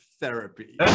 therapy